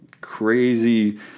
crazy